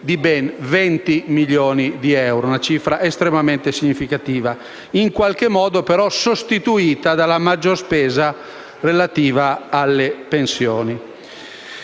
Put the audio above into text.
di ben 20 milioni di euro, una cifra estremamente significativa, in qualche modo però sostituita dalla maggiore spesa relativa alle pensioni.